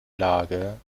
lage